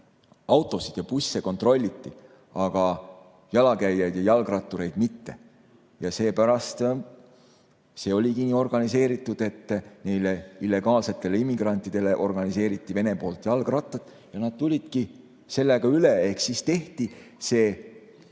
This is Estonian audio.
autosid ja busse kontrolliti, aga jalakäijaid ja jalgrattureid mitte. Ja seepärast see oligi nii organiseeritud, et neile illegaalsetele immigrantidele organiseeriti Vene poolt jalgrattad ja nad tulidki nendega üle. Ehk siis tekitati see